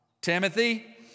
Timothy